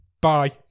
Bye